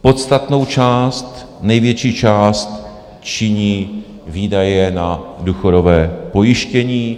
Podstatnou část, největší část činí výdaje na důchodové pojištění.